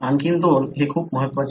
आणखी दोन हे खूप महत्वाचे आहे